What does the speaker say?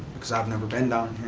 because i've never been down here.